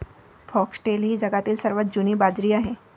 foxtail ही जगातील सर्वात जुनी बाजरी आहे